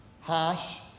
harsh